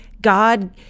God